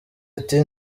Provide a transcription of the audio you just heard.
ati